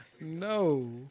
No